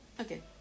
Okay